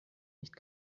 nicht